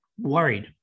worried